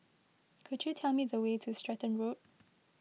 could you tell me the way to Stratton Road